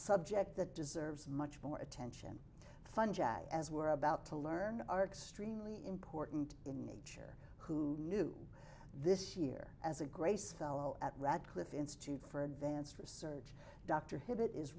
subject that deserves much more attention fungi as were about to learn are extremely important in nature who knew this year as a grace fellow at radcliffe institute for advanced research dr hit it is